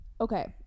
Okay